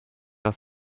aus